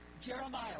Jeremiah